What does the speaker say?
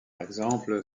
exemple